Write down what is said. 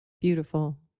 Beautiful